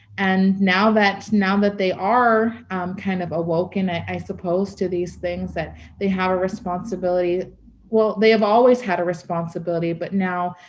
and now that now that they are kind of awoken, i suppose, to these things that they have a responsibility well, they have always had a responsibility, but now